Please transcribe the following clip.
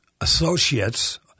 associates